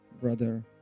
Brother